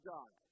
God